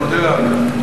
אני מודה לה על כך.